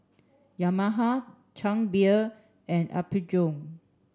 Yamaha Chang Beer and Apgujeong